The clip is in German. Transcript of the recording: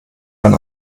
dann